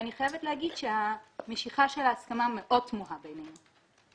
אני חייבת להגיד שהמשיכה של ההסכמה מאוד תמוהה בעינינו.